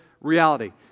reality